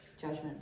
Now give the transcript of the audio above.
judgment